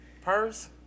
Purse